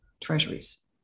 treasuries